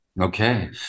Okay